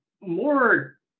more